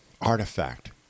artifact